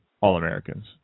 All-Americans